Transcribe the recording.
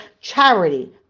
charity